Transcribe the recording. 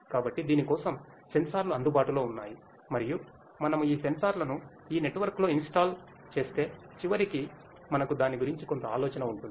కాబట్టి దీని కోసం సెన్సార్లు అందుబాటులో ఉన్నాయి మరియు మనము ఈ సెన్సార్లను ఈ నెట్వర్క్లో ఇన్స్టాల్ చేస్తే చివరికి మనకు దాని గురించి కొంత ఆలోచన ఉంటుంది